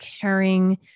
caring